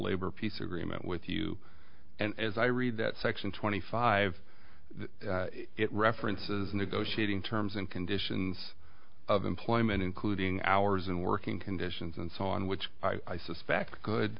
labor peace agreement with you and as i read that section twenty five it references negotiating terms and conditions of employment including hours and working conditions and so on which i suspect